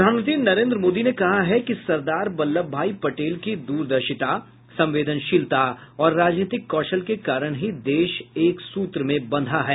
प्रधानमंत्री नरेन्द्र मोदी ने कहा है कि सरदार बल्लभभाई पटेल की दूरदर्शिता संवेदनशीलता और राजनीतिक कौशल के कारण ही देश एक सूत्र में बंधा है